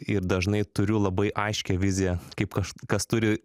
ir dažnai turiu labai aiškią viziją kaip kažkas turi